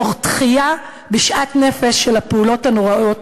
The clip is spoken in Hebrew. תוך דחייה בשאט נפש של הפעולות הנוראות